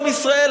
לעם ישראל.